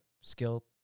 skill